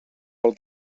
pel